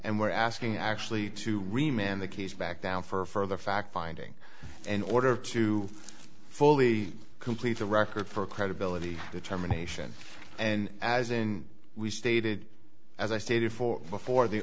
and we're asking actually to ream in the case back down for further fact finding an order to fully complete the record for credibility determination and as in we stated as i stated for before the